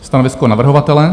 Stanovisko navrhovatele?